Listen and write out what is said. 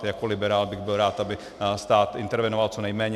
Jako liberál bych byl rád, aby stát intervenoval co nejméně.